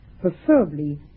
preferably